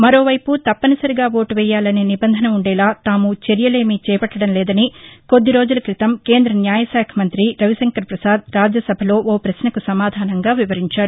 మరోవైపు తప్పని సరిగా ఓటు వెయ్యాలనే నిబంధన ఉండేలా తాము చర్యలేమీ చేపట్లడం లేదని కొద్దిరోజుల క్రితం కేంద న్యాయశాఖ మంత్రి రవిశంకర్రప్రసాద్ రాజ్యసభలో ఓపశ్నకు సమాధానంగా వివరించారు